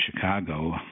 Chicago